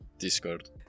Discord